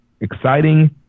exciting